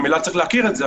ממילא צריך להכיר את זה,